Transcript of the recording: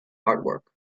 artwork